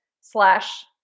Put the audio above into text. slash